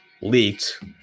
leaked